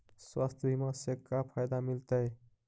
स्वास्थ्य बीमा से का फायदा मिलतै?